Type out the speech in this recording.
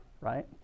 right